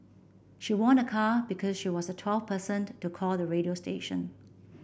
she won a car because she was the twelfth person to call the radio station